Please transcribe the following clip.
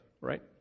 right